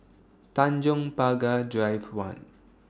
Tanjong Pagar Drive one